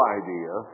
idea